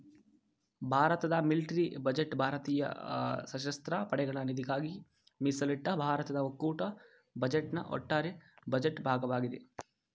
ಭಾರತದ military budget ಭಾರತೀಯ ಸಶಸ್ತ್ರ ಪಡೆಗಳ ನಿಧಿಗಾಗಿ ಮೀಸಲಿಟ್ಟ ಭಾರತದ ಒಕ್ಕೂಟ ಬಜೆಟ್ನ ಒಟ್ಟಾರೆ ಬಜೆಟ್ ಭಾಗವಾಗಿದೆ